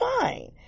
fine